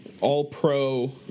all-pro